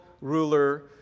ruler